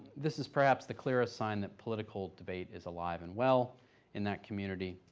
this is perhaps the clearest sign that political debate is alive and well in that community,